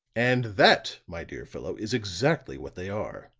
and that, my dear fellow, is exactly what they are.